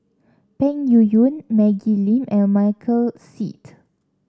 Peng Yuyun Maggie Lim and Michael Seet